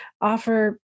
offer